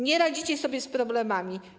Nie radzicie sobie z problemami.